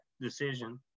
decision